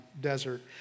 desert